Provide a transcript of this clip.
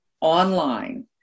online